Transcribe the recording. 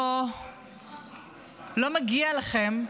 לא מגיע לכן,